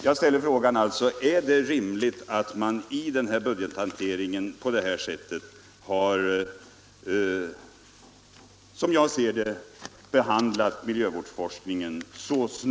Jag ställer alltså frågan: Är det rimligt att behandla miljövårdsforskningen så snålt som man gjort i den här budgethanteringen?